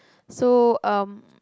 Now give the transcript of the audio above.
so um